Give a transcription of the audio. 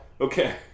Okay